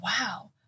Wow